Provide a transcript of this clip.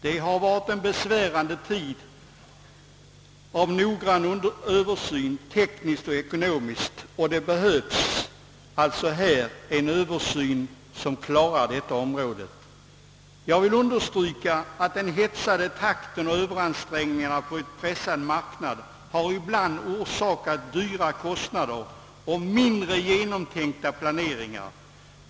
Det har varit en besvärlig tid utan tillfälle till noggrann översyn tekniskt och ekonomiskt, och det behövs i hög grad en sådan översyn för att lösa problemen på detta område. Jag vill understryka att den hetsiga takten och överansträngningarna genom en pressad marknad ibland har orsakat höga kostnader och mindre genomtänkta planeringar.